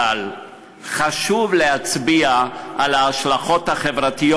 אבל חשוב להצביע על ההשלכות החברתיות